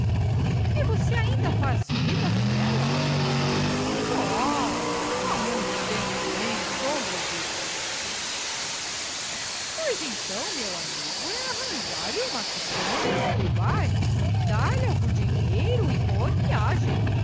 você ainda faz vida com ela qual há muito tempo que nem sombras disso pois então meu amigo é arranjar-lhe uma quitanda em outro bairro dar-lhe algum dinheiro e